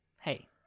hey